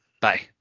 bye